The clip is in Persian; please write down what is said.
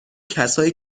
کسایی